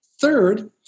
Third